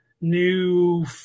New